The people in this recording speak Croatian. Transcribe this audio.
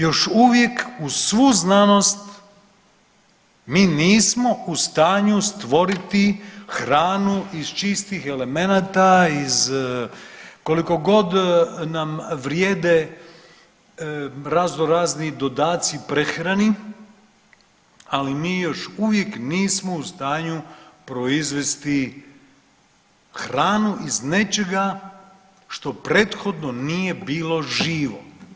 Još uvijek uz svu znanost mi nismo u stanju stvoriti hranu iz čistih elemenata, iz koliko god nam vrijede razno razni dodaci prehrani, ali mi još uvijek nismo u stanju proizvesti hranu iz nečega što prethodno nije bilo živo.